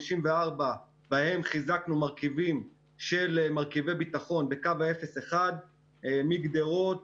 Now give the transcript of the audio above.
54 מיליון שבהם חיזקנו מרכיבי ביטחון בקו האפס עד אחד קילומטר מגדרות,